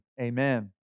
Amen